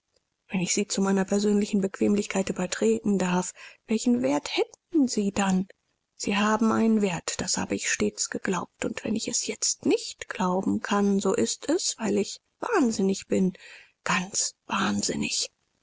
wenn ich sie zu meiner persönlichen bequemlichkeit übertreten darf welchen wert hätten sie dann sie haben einen wert das habe ich stets geglaubt und wenn ich es jetzt nicht glauben kann so ist es weil ich wahnsinnig bin ganz wahnsinnig